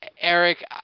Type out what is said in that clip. Eric –